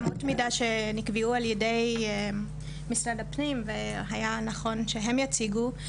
אמות מידה שנקבעו על ידי משרד הפנים והיה נכון שהם יציגו.